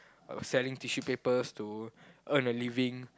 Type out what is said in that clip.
selling tissues papers to earn a living